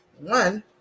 one